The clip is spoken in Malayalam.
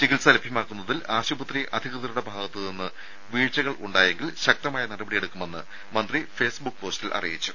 ചികിത്സ ലഭ്യമാക്കുന്നതിൽ ആശുപത്രി അധികൃതരുടെ ഭാഗത്ത് നിന്ന് വീഴ്ചകൾ ഉണ്ടായെങ്കിൽ ശക്തമായ നടപടിയെടുക്കുമെന്ന് മന്ത്രി ഫേസ്ബുക്ക് പോസ്റ്റിൽ അറിയിച്ചു